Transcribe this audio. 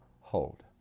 Hold